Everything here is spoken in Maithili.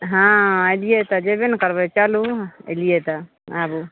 हँ ऐलिए तऽ जैबे ने करबै चलू ऐलिऐ तऽ आबू